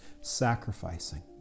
sacrificing